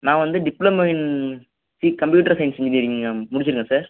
நான் வந்து diploma in C computer science engineering முடிச்சிருக்கேன் சார்